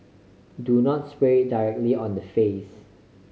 do not spray directly on the face